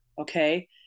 Okay